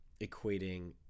equating